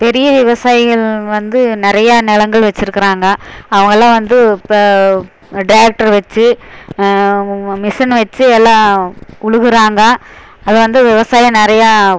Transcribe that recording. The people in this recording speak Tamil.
பெரிய விவசாயிகள் வந்து நிறையா நிலங்கள் வச்சியிருக்குறாங்க அவங்கள்லாம் வந்து இப்போ டிரக்டரு வச்சு மிஷின்னு வச்சு எல்லாம் உழுகுறாங்க அது வந்து விவசாயம் நிறையா